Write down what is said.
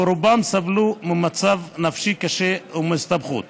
ורובם סבלו ממצב נפשי קשה ומהסתגרות.